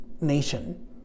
nation